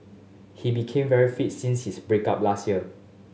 he became very fits since his break up last year